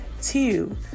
Two